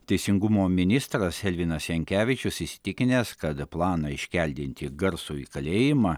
teisingumo ministras edvinas jankevičius įsitikinęs kad planą iškeldinti garsųjį kalėjimą